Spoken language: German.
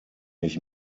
ich